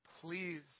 please